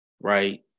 right